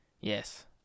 Yes